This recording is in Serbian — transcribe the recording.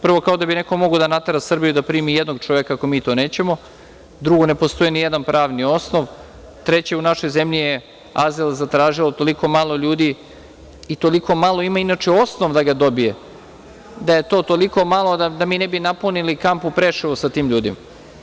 Prvo, kao da bi neko mogao da natera Srbiju da primi jednog čoveka ako mi to nećemo, drugo, ne postoji nijedan pravni osnov, treće, u našoj zemlji je azil zatražilo toliko malo ljudi i toliko malo ima, inače, osnov da ga dobije, da je to toliko malo da mi ne bi napunili kamp u Preševu sa tim ljudima.